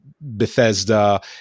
bethesda